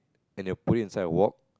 and they will put it inside a wok